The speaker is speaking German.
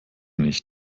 nicht